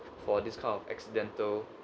for this kind of accidental